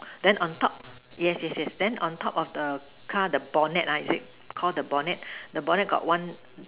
mm then on top yes yes yes then on the top of the car the bonnet ah is it Call the bonnet the bonnet got one